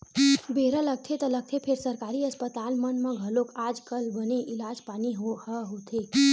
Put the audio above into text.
बेरा लगथे ता लगथे फेर सरकारी अस्पताल मन म घलोक आज कल बने इलाज पानी ह होथे